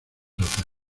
hacer